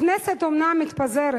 הכנסת אומנם מתפזרת,